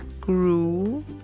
grew